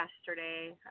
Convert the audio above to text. yesterday